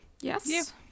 Yes